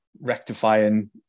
rectifying